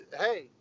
Hey